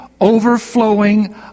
overflowing